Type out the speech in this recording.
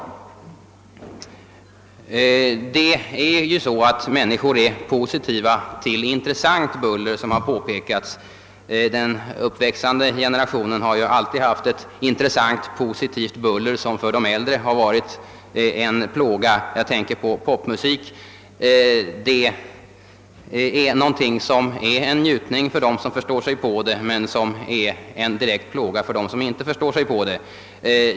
Som redan påpekats i debatten stäl ler sig människor positiva till intressant buller. Den uppväxande generationen har länge hållit sig med ett intressant positivt buller som för många äldre varit en plåga — jag tänker på popmusiken. Den är en njutning för dem som förstår sig på den men en direkt plåga för dem som inte gör det.